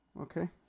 Okay